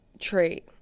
trait